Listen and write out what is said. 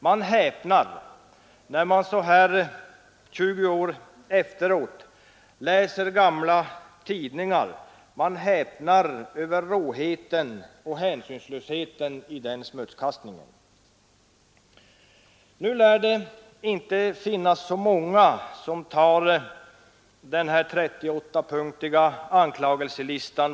Man häpnar, när man så här 20 år efteråt läser gamla tidningar, över råheten och hänsyslösheten i den smutskastningen. Nu lär det inte finnas många som tar anklagelselistan med de 38 punkterna på allvar.